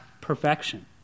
perfection